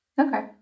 okay